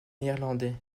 néerlandais